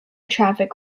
traffic